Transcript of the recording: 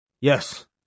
Yes